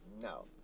No